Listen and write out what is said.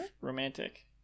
romantic